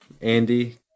andy